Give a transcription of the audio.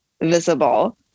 visible